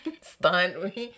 stunt